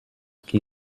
qui